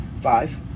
Five